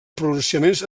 pronunciaments